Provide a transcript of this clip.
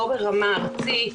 לא ברמה ארצית,